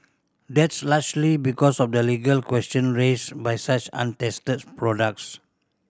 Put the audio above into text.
that's largely because of the legal question raised by such untested products